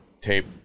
tape